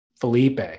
Felipe